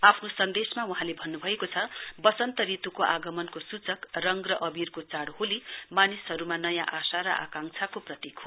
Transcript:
आफ्नो सन्देशमा वहाँले भन्नुभएको छ वसन्त ऋतुको आगमको सूचक रंग र अवीरको चाड़ होली मानिसहरुमा नयाँ आशा र आकांक्षा प्रतीक हो